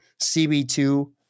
CB2